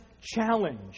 challenge